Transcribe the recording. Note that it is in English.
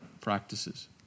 practices